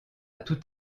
tout